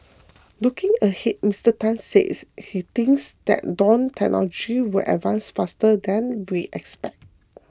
looking ahead Mister Tan said he thinks that drone technology will advance faster than we expect